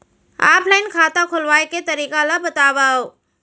Offline खाता खोलवाय के तरीका ल बतावव?